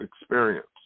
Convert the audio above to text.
experience